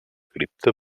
cripta